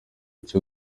cyo